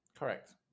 Correct